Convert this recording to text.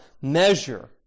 measure